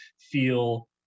feel